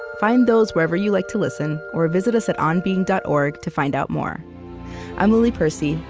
find those wherever you like to listen or visit us at onbeing dot org to find out more i'm lily percy,